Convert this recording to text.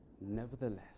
Nevertheless